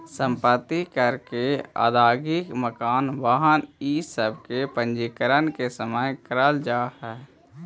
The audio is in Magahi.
सम्पत्ति कर के अदायगी मकान, वाहन इ सब के पंजीकरण के समय करल जाऽ हई